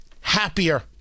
Happier